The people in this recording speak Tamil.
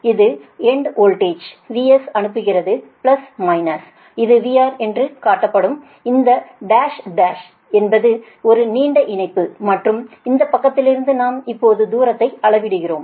இது எண்ட் வோல்டேஜ் VS அனுப்புகிறது பிளஸ் மைனஸ் இது VR என்று காட்டப்படும் இந்த டேஷ் டேஷ் என்பது ஒரு நீண்ட இணைப்பு மற்றும் இந்த பக்கத்திலிருந்து நாம் இப்போது தூரத்தை அளவிடுகிறோம்